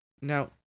Now